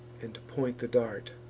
and point the dart